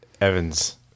Evans